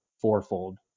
fourfold